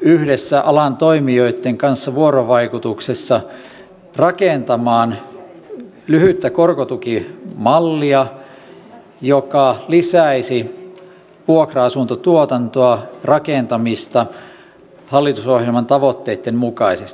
yhdessä alan toimijoitten kanssa vuorovaikutuksessa rakentamaan lyhyttä korkotukimallia joka lisäisi vuokra asuntotuotantoa ja rakentamista hallitusohjelman tavoitteitten mukaisesti